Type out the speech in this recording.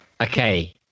Okay